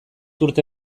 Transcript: urte